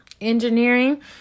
engineering